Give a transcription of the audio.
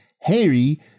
Harry